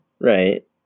Right